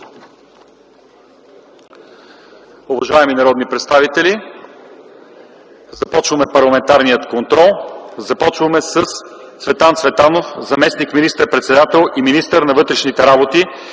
Уважаеми народни представители, започваме парламентарния контрол с Цветан Цветанов – заместник министър-председател и министър на вътрешните работи,